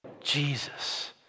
Jesus